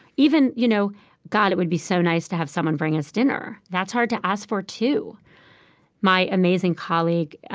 even, you know god, it would be so nice to have someone bring us dinner. that's hard to ask for too my amazing colleague,